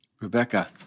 Rebecca